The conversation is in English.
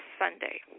Sunday